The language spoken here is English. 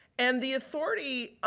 and the authority,